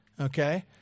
okay